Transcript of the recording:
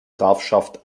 grafschaft